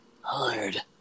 hard